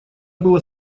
было